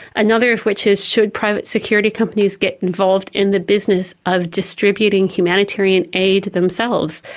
another of which is should private security companies get involved in the business of distributing humanitarian aid themselves?